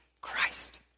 Christ